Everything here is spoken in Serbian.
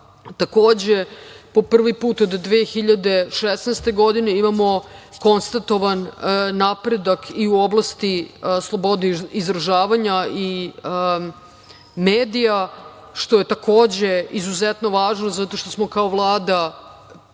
prava. Takođe, po prvi put od 2016. godine imamo konstatovan napredak i u oblasti slobode izražavanja i medija, što je takođe izuzetno važno zato što smo kao Vlada mnogo